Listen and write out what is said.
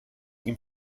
ihm